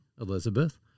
Elizabeth